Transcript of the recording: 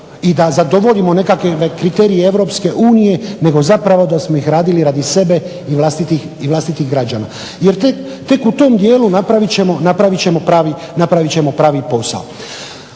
i da zadovoljimo nekakve kriterije EU nego zapravo da smo ih radili radi sebe i vlastitih građana. Jer tek u tom dijelu napravit ćemo pravi posao.